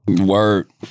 Word